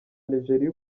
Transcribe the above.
nigeria